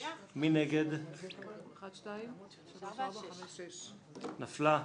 הרביזיה על סעיף 60 לא נתקבלה.